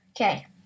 Okay